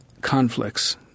conflicts